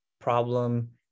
problem